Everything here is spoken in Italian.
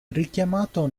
richiamato